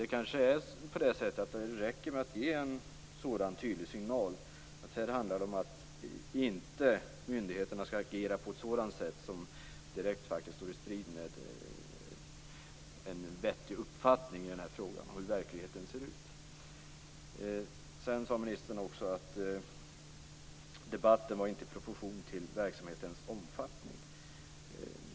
Det kanske är så att det räcker med att ge en sådan tydlig signal att det handlar om att myndigheterna inte skall agera på ett sådant sätt som direkt står i strid med en vettig uppfattning i den här frågan om hur verkligheten ser ut. Sedan sade ministern att debatten inte var i proportion till verksamhetens omfattning.